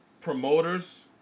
promoters